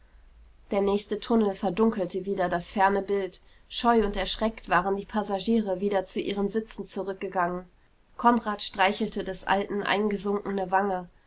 der nächste tunnel verdunkelte wieder das ferne bild scheu und erschreckt waren die passagiere wieder zu ihren sitzen zurückgegangen konrad streichelte des alten eingesunkene wange